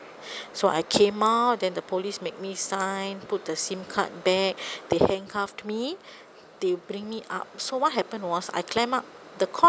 so I came out then the police made me sign put the SIM card back they handcuffed me they bring me up so what happened was I climbed up the court